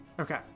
Okay